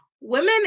women